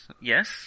yes